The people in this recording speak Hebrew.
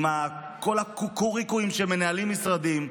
עם כל הקוקוריקו שמנהלים משרדים,